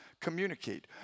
communicate